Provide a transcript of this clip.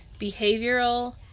behavioral